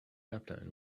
airplane